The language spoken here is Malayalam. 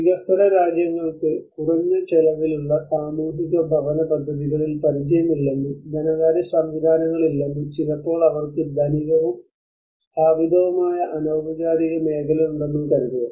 വികസ്വര രാജ്യങ്ങൾക്ക് കുറഞ്ഞ ചെലവിലുള്ള സാമൂഹിക ഭവന പദ്ധതികളിൽ പരിചയമില്ലെന്നും ധനകാര്യ സംവിധാനങ്ങളില്ലെന്നും ചിലപ്പോൾ അവർക്ക് ധനികവും സ്ഥാപിതവുമായ അനൌപചാരിക മേഖല ഉണ്ടെന്നും കരുതുക